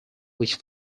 which